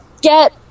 get